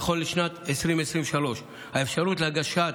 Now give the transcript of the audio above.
נכון לשנת 2023 הסתיימה האפשרות להגשת